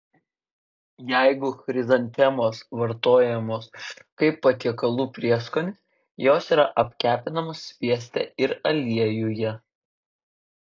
jeigu chrizantemos vartojamos kaip patiekalų prieskonis jos yra apkepinamos svieste ir aliejuje